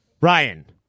Ryan